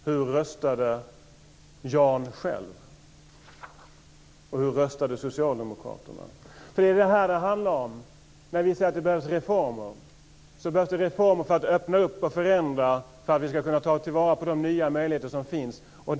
Hur röstade Detta är vad det handlar om när vi säger att det behövs reformer. De behövs för att öppna upp och förändra, så att vi ska kunna ta till vara de nya möjligheter som finns.